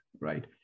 right